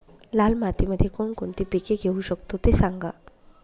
लाल मातीमध्ये कोणकोणती पिके घेऊ शकतो, ते सांगा